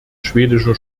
schwedischer